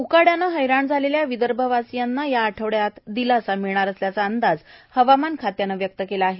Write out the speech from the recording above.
उकड्याने हैराण झालेल्या विदर्भ वासीयांना या आठवड्यात दिलासा मिळणार असल्याचा अंदाज हवामान खात्यानं व्यक्त केला आहे